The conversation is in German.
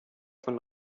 von